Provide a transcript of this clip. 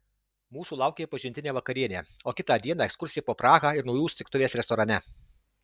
mūsų laukė pažintinė vakarienė o kitą dieną ekskursija po prahą ir naujųjų sutiktuvės restorane